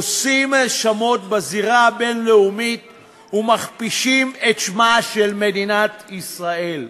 עושים בנו שמות בזירה הבין-לאומית ומכפישים את שמה של מדינת ישראל.